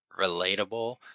relatable